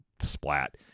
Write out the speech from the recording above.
splat